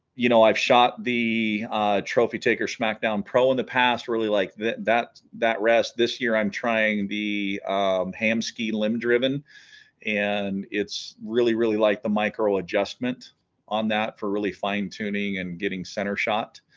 you know i've shot the trophy taker smackdown pro in the past really like that that that rest this year i'm trying to be ham ski limb driven and it's really really like the micro adjustment on that for really fine-tuning and getting center shot